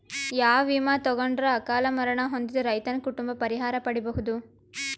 ಯಾವ ವಿಮಾ ತೊಗೊಂಡರ ಅಕಾಲ ಮರಣ ಹೊಂದಿದ ರೈತನ ಕುಟುಂಬ ಪರಿಹಾರ ಪಡಿಬಹುದು?